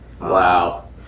Wow